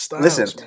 Listen